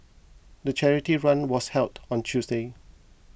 the charity run was held on Tuesday